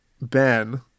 ben